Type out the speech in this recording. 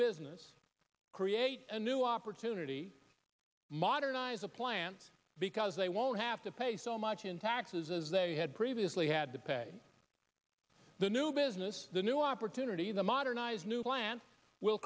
business create a new opportunity modernize a plant because they won't have to pay so much in taxes as they had previously had to pay the new business the new opportunity the modernized new plan will